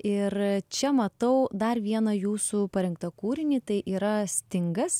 ir čia matau dar vieną jūsų parinktą kūrinį tai yra stingas